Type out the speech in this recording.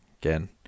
Again